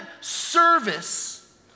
service